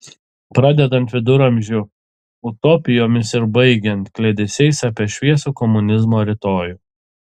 pradedant viduramžių utopijomis ir baigiant kliedesiais apie šviesų komunizmo rytojų